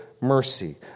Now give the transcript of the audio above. mercy